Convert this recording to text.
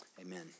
amen